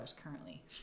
currently